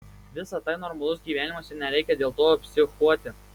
visa tai normalus gyvenimas ir nereikia dėl to psichuoti